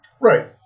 Right